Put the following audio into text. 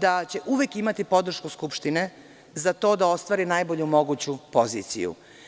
da će uvek imati podršku Skupštine za to da ostvari najbolju moguću poziciju.